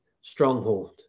stronghold